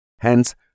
hence